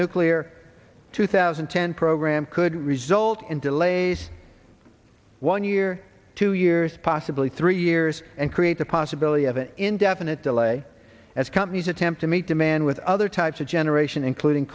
nuclear two thousand and ten program could result in delays one year two years possibly three years and create the possibility of an indefinite delay as companies attempt to meet demand with other types of generation including